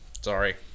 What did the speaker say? Sorry